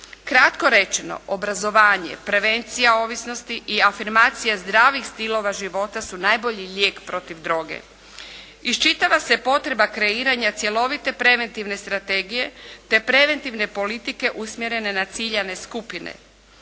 Kratko rečeno obrazovanje, prevencija ovisnosti i afirmacija zdravih stilova života su najbolji lijek protiv droge. Iščitava se potreba kreiranja cjelovite preventivne strategije te preventivne politike usmjerene na ciljane skupine.